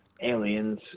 aliens